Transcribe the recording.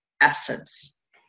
essence